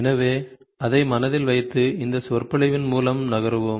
எனவே அதை மனதில் வைத்து இந்த சொற்பொழிவின் மூலம் நகருவோம்